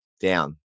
down